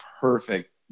perfect